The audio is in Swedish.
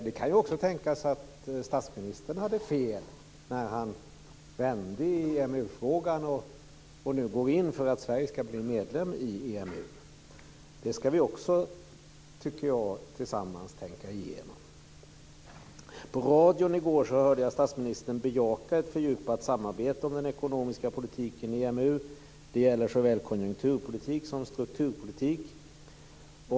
Det kan också tänkas att statsministern hade fel när han vände i EMU-frågan och nu går in för att Sverige ska bli medlem i EMU. Det tycker jag också att vi tillsammans ska tänka igenom. Jag hörde på radion i går statsministern bejaka ett fördjupat samarbete om den ekonomiska politiken i EMU. Det gäller såväl konjunkturpolitik som strukturpolitik.